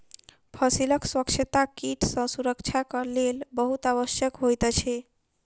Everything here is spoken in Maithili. फसीलक स्वच्छता कीट सॅ सुरक्षाक लेल बहुत आवश्यक होइत अछि